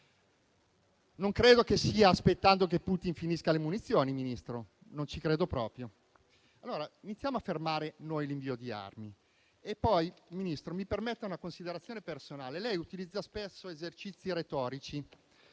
Non credo che avvenga aspettando che Putin finisca le munizioni, Ministro. Non ci credo proprio. Allora iniziamo a fermare noi l'invio di armi. E poi, Ministro, mi permetta una considerazione personale. Lei utilizza spesso esercizi retorici.